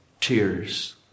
tears